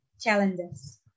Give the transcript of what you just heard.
challenges